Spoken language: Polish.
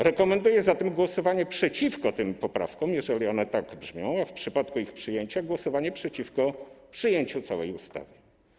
Rekomenduję zatem głosowanie przeciwko tym poprawkom, jeżeli one tak brzmią, a w przypadku ich przyjęcia - głosowanie przeciwko przyjęciu całej ustawy.